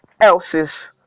else's